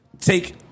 take